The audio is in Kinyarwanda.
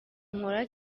nkora